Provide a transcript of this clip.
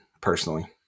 personally